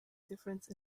difference